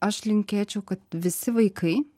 aš linkėčiau kad visi vaikai